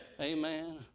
Amen